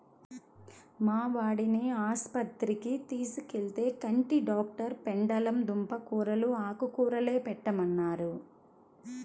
మా వాడిని ఆస్పత్రికి తీసుకెళ్తే, కంటి డాక్టరు పెండలం దుంప కూరలూ, ఆకుకూరలే పెట్టమన్నారు